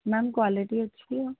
ma'am quality अच्छी है